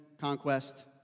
conquest